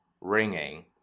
ringing